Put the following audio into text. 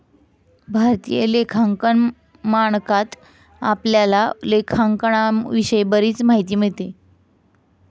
भारतीय लेखांकन मानकात आपल्याला लेखांकनाविषयी बरीच माहिती मिळेल